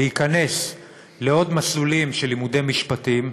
להיכנס לעוד מסלולים של לימודי משפטים,